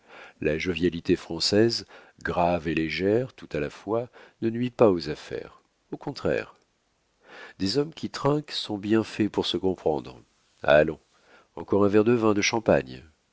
la jovialité française grave et légère tout à la fois ne nuit pas aux affaires au contraire des hommes qui trinquent sont bien faits pour se comprendre allons encore un verre de vin de champagne